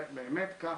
זה באמת כך,